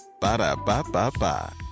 Ba-da-ba-ba-ba